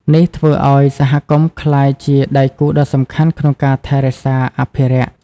នេះធ្វើឱ្យសហគមន៍ក្លាយជាដៃគូដ៏សំខាន់ក្នុងការថែរក្សាអភិរក្ស។